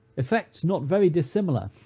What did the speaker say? effects not very dissimilar,